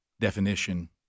definition